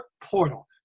portal